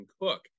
Cook